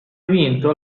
vinto